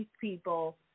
people